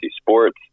sports